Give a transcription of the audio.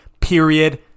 period